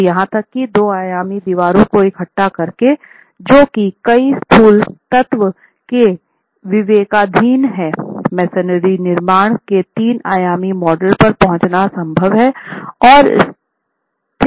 तो यहां तक कि 2 आयामी दीवारों को इकट्ठा करके जो कि कई स्थूल तत्व के विवेकाधीन हैं मेसनरी निर्माण के 3 आयामी मॉडल पर पहुंचना संभव है